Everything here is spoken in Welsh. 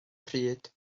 pryd